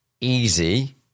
easy